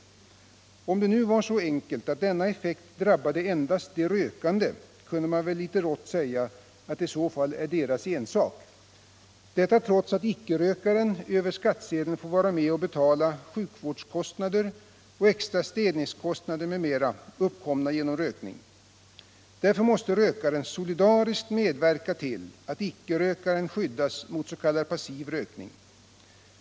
Onsdagen den Om det nu var så enkelt att denna effekt drabbade endast de rökande, 16 november 1977 kunde man väl litet rått säga, att det i så fall är deras ensak — detta trots att icke-rökaren över skattsedeln får vara med och betala sjukvårds — Arbetsmiljölag, kostnader, extra städningskostnader m.m., som uppkommer på grund m.m. av rökning. Nu är det emellertid inte bara rökaren som drabbas, och därför måste rökaren solidariskt medverka till att icke-rökaren skyddas mot s.k. passiv rökning.